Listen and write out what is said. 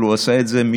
אבל הוא עשה את זה,